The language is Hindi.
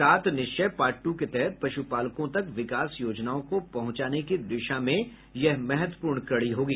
सात निश्चय पार्ट ट् के तहत पश्पालकों तक विकास योजनाओं को पहुंचाने की दिशा में यह महत्वपूर्ण कड़ी होगी